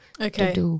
Okay